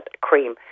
cream